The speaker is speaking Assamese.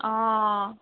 অঁ